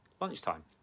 lunchtime